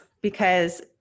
Because-